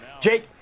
Jake